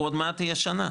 עוד מעט ההמתנה תהיה כשנה,